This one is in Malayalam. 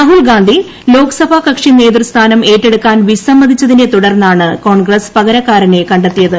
രാഹുൽഗാ്ന്ധി ലോക്സഭ കക്ഷി നേതൃസ്ഥാനം ഏറ്റെടുക്കാൻ വിസമ്മതിച്ചതിനെ തുടർന്നാണ് കോൺഗ്രസ് പകരെക്കാരനെ കണ്ടെത്തിയത്